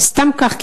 סתם כך,